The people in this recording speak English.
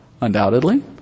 Undoubtedly